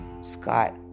Scott